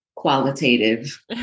Qualitative